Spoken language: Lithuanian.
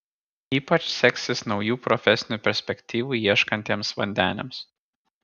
ypač seksis naujų profesinių perspektyvų ieškantiems vandeniams